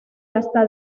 hasta